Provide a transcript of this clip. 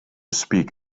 speak